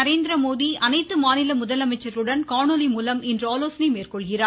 நரேந்திரமோதி அனைத்து மாநில முதலமைச்சர்களுடன் காணொலி இன்று ஆலோசனை மேற்கொள்கிறார்